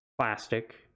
plastic